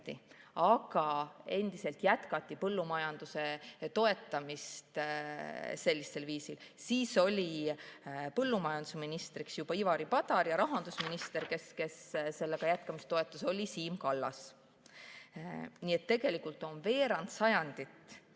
aga endiselt jätkati põllumajanduse toetamist sellisel viisil, oli põllumajandusminister Ivari Padar ja rahandusminister, kes sellega jätkamist toetas, oli Siim Kallas. Nii et tegelikult on veerand sajandit